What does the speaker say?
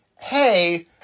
hey